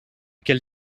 quel